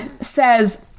says